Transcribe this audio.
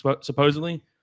supposedly